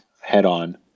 head-on